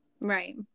Right